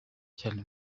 cyane